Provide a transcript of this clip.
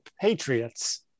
Patriots